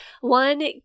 one